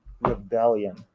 rebellion